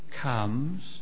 comes